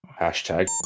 Hashtag